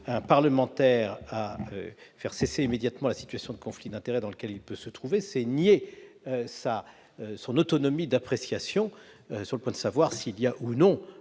un parlementaire à faire cesser immédiatement la situation de conflit d'intérêts dans laquelle il peut se trouver revient à nier son autonomie d'appréciation sur le point de savoir s'il y a, ou non,